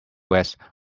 west